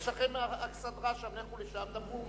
יש לכם אכסדרה שם, לכו לשם ודברו.